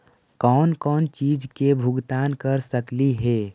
कौन कौन चिज के भुगतान कर सकली हे?